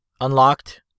unlocked